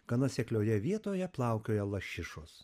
gana seklioje vietoje plaukioja lašišos